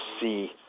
see